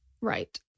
Right